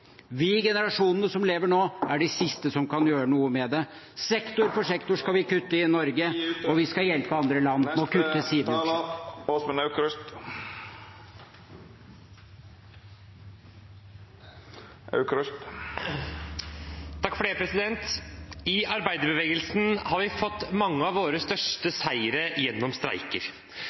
Vi, generasjonene som lever nå, er de siste som kan gjøre noe med det. Sektor for sektor skal vi kutte i Norge, og vi skal hjelpe andre land med å kutte sine utslipp. I arbeiderbevegelsen har vi fått mange av våre største seire gjennom streiker.